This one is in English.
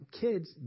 Kids